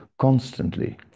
constantly